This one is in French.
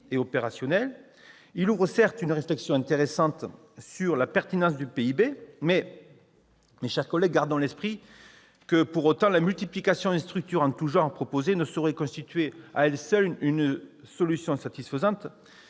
ouvre une réflexion intéressante sur la pertinence du PIB. Toutefois, mes chers collègues, gardons à l'esprit que la multiplication de structures en tout genre ne saurait constituer à elle seule une solution satisfaisante.